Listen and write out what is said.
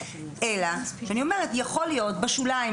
אלא שיכול להיות בשוליים,